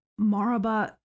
Maraba